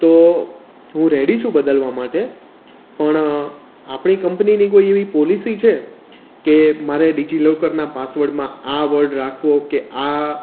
તો હું રેડી છું બદલવા માટે પણ આપણી કંપનીની કોઈ એવી પૉલિસી છે કે મારે ડીજીલોકરના પાસવર્ડમાં આ વર્ડ રાખવો કે આ